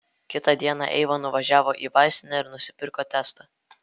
kitą dieną eiva nuvažiavo į vaistinę ir nusipirko testą